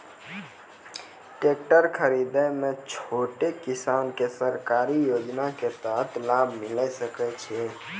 Tractor खरीदै मे छोटो किसान के सरकारी योजना के तहत लाभ मिलै सकै छै?